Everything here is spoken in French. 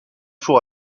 four